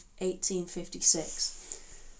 1856